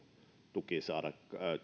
tuki saada